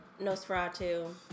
Nosferatu